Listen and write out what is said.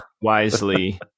wisely